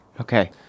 Okay